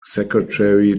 secretary